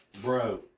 Bro